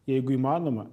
jeigu įmanoma